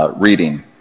reading